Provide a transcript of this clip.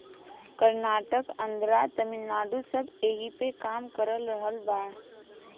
कर्नाटक, आन्द्रा, तमिलनाडू सब ऐइपे काम कर रहल बा